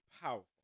powerful